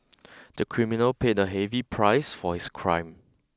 the criminal paid a heavy price for his crime